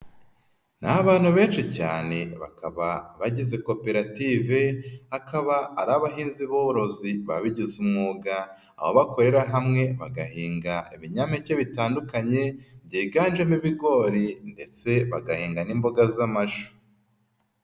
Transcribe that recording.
Ni abantu benshi cyane bakaba bagize koperative, akaba ari abahinzi borozi babigize umwuga, aho bakorera hamwe, bagahinga ibinyampeke bitandukanye, byiganjemo ibigori ndetse bagahinga n'imboga z'amashu.